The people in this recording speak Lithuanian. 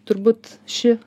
turbūt ši